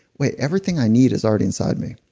wait everything i need is already inside me.